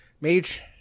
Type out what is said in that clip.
Mage